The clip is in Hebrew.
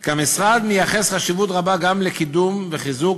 כי המשרד מייחס חשיבות רבה גם לקידום ולחיזוק